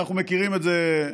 אנחנו מכירים את זה: